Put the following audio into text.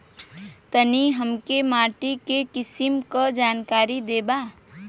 तनि हमें माटी के किसीम के जानकारी देबा?